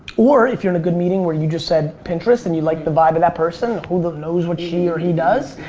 or if you're in a good meeting where you just said pinterest and you like the vibe of that person who knows what she or he does,